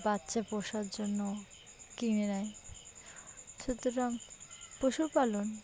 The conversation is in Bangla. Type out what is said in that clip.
বাচ্চা পোষার জন্য কিনে নেয় সুতরাং পশুপালন